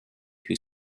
who